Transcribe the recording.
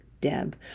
deb